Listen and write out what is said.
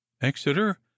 exeter